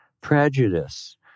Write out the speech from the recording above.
Prejudice